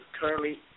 currently